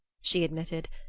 she admitted,